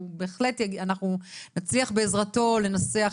אנחנו נצליח בעזרתו לנסח,